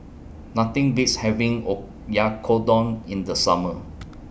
Nothing Beats having Oyakodon in The Summer